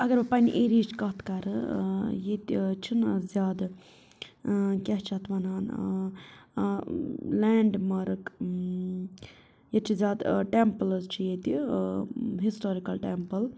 اگر بہٕ پنٛنہِ ایریا ہِچ کَتھ کَرٕ ییٚتہِ چھُنہٕ زیادٕ کیٛاہ چھِ اَتھ وَنان لینٛڈ مارٕک ییٚتہِ چھِ زیادٕ ٹٮ۪مپٕلٕز چھِ ییٚتہِ ہِسٹارِکَل ٹٮ۪مپٕل